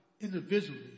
individually